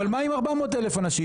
אבל מה עם 400,000 אנשים?